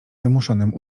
wymuszonym